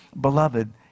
Beloved